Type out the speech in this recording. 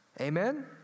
Amen